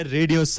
Radio